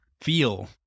feel